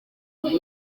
buri